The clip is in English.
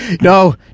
no